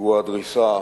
פיגוע הדריסה